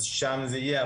אז שם זה יהיה.